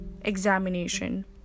examination